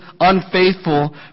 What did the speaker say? unfaithful